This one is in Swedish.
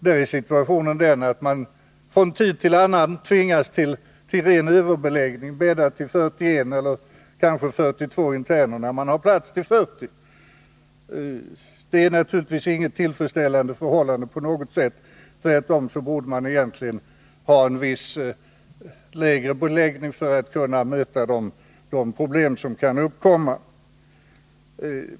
Där är situationen den att man från tid till annan tvingas till ren överbelastning — att bädda för 41 eller kanske 42 interner, när man har plats för 40. Det är naturligtvis inte på något sätt ett tillfredsställande förhållande. Tvärtom borde man egentligen ha en något lägre beläggning för att kunna möta de problem som kan uppkomma.